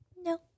no